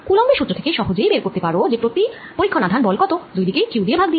coulomb এর সুত্র থেকে সহজেই বের করতে পারো যে প্রতি পরীক্ষন আধান বল কত দুই দিকেই Q দিয়ে ভাগ করে